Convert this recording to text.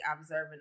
observing